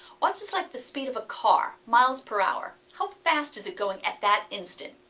watts is like the speed of a car, miles per hour, how fast is it going at that instant,